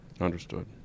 Understood